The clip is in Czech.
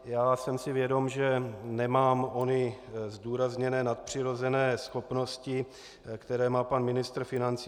Já jsem si vědom, že nemám ony zdůrazněné nadpřirozené schopnosti, které má pan ministr financí.